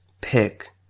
pick